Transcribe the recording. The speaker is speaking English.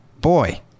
boy